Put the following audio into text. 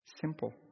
Simple